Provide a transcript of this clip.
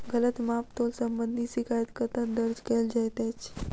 गलत माप तोल संबंधी शिकायत कतह दर्ज कैल जाइत अछि?